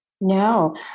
no